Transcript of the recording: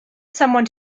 someone